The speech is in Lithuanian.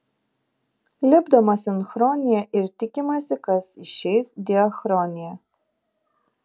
lipdoma sinchronija ir tikimasi kas išeis diachronija